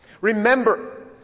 Remember